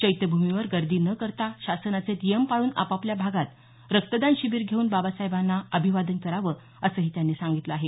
चैत्यभूमी वर गर्दी न करता शासनाचे नियम पाळून आपापल्या भागात रक्तदान शिबिर घेऊन बाबासाहेबांना अभिवादन करावं असंही त्यांनी सांगितलं आहे